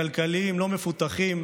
עקלקלים, לא מפותחים,